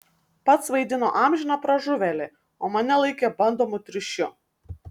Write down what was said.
pats vaidino amžiną pražuvėlį o mane laikė bandomu triušiu